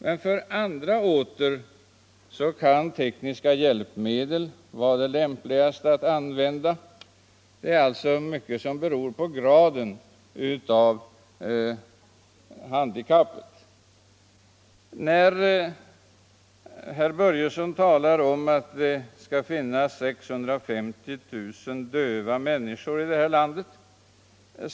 Men för andra kan tekniska hjälpmedel vara lämpligast att använda. Mycket beror alltså på graden av handikappet. Herr Börjesson i Falköping sade att det skall finnas 650 000 döva människor här i landet.